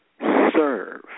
serve